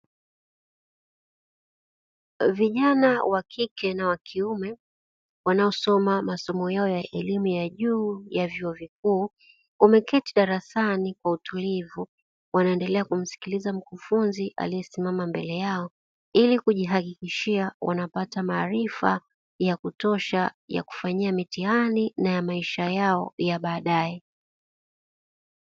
Vijana wa kike na wa kiume, wanaosoma masomo yao ya elimu ya juu ya vyuo vikuu, wameketi darasani kwa utulivu wanaendelea kumsikiliza mkufunzi aliyesimama mbele yao, ili kujihakikishia wanapata maarifa ya kutosha ya kufanyia mitihani na ya maisha yao ya baadaye.